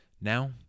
Now